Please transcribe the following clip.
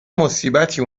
مصیبتی